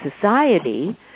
society